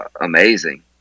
amazing